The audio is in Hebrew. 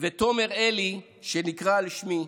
ותומר אלי, שנקרא על שמי,